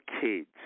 kids